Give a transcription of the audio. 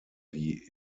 wie